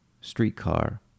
streetcar